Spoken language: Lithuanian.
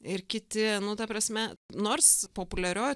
ir kiti nu ta prasme nors populiarioj